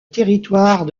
territoire